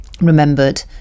remembered